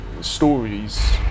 stories